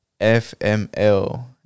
FML